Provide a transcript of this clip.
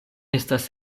estas